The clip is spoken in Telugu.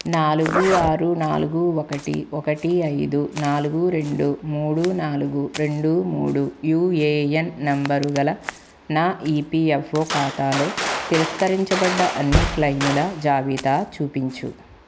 నాలుగు ఆరు నాలుగు ఒకటి ఒకటి ఐదు నాలుగు రెండు మూడు నాలుగు రెండు మూడు యుఏఎన్ నంబరుగల నా ఈపీఎఫ్ఓ ఖాతాలో తిరస్కరించబడ్డ అన్ని క్లైముల జాబితా చూపించు